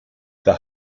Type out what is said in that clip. the